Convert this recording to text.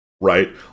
right